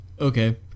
okay